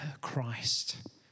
Christ